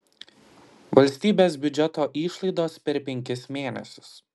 valstybės biudžeto išlaidos per penkis mėnesius